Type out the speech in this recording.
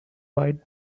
white